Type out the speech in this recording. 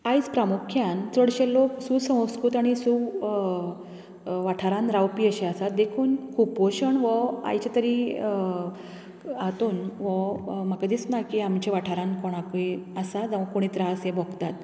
आयज प्रामुख्यान चडशे लोक सु संस्कृत आनी सु वाठारान रावपी अशें आसात देखून कुपोशण हो आयच्या तरी हातूंत म्हाका दिसना की आमच्या वाठारांत कोणाकूय आसा जावं कोणूय त्रास हे भोगतात